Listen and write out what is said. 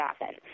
often